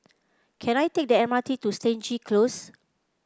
can I take the M R T to Stangee Close